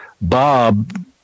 Bob